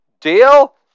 Deal